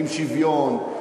עם שוויון,